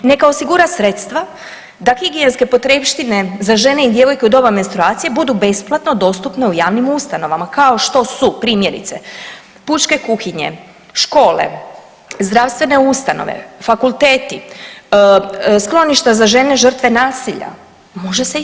Neka osigura sredstva da higijenske potrepštine za žene i djevojke u doba menstruacije budu besplatno dostupne u javnim ustanovama, kao što su primjerice, pučke kuhinje, škole, zdravstvene ustanove, fakulteti, skloništa za žene žrtve nasilja, može se i to.